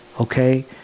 Okay